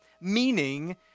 meaning